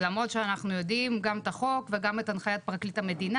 למרות שאנחנו יודעים גם את החוק וגם את הנחיית פרקליט המדינה